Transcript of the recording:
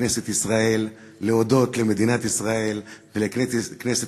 בכנסת ישראל להודות למדינת ישראל ולכנסת